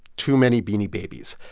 too many beanie babies.